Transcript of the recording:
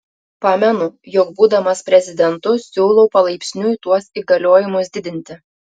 pamenu jog būdamas prezidentu siūlau palaipsniui tuos įgaliojimus didinti